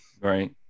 Right